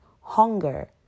hunger